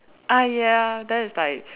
ah ya that is like